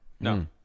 No